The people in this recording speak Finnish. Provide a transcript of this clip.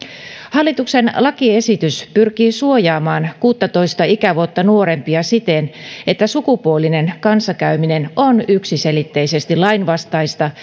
hallituksen lakiesitys pyrkii suojaamaan kuuttatoista ikävuotta nuorempia siten että sukupuolinen kanssakäyminen on yksiselitteisesti lainvastaista